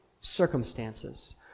circumstances